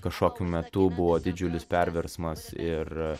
kažkokiu metu buvo didžiulis perversmas ir